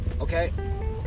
Okay